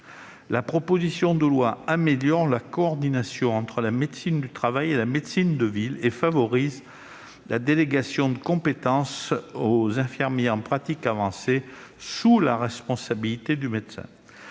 La proposition de loi améliore la coordination entre médecine du travail et médecine de ville et favorise la délégation de compétences aux infirmiers en pratique avancée, sous la responsabilité du médecin.